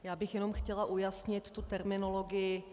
Já bych jenom chtěla ujasnit tu terminologii.